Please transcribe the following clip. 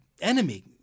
enemy